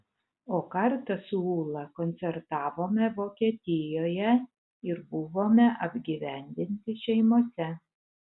o kartą su ūla koncertavome vokietijoje ir buvome apgyvendinti šeimose